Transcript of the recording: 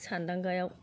सान्दांगायाव